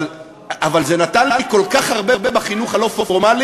אבל זה נתן לי כל כך הרבה, בחינוך הלא-פורמלי.